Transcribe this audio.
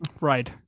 Right